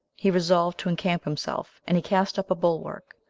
he resolved to encamp himself and he cast up a bulwark,